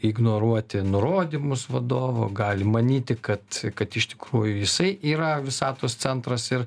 ignoruoti nurodymus vadovo gali manyti kad kad iš tikrųjų jisai yra visatos centras ir